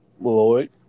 Lloyd